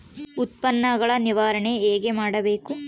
ಉತ್ಪನ್ನಗಳ ನಿರ್ವಹಣೆ ಹೇಗೆ ಮಾಡಬೇಕು?